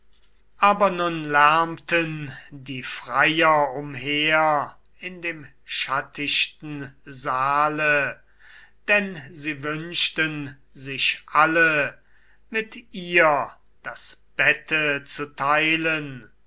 aber nun lärmten die freier umher in dem schattichten saale denn sie wünschten sich alle mit ihr das bette zu teilen